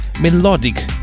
melodic